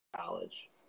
college